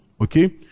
okay